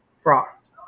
frost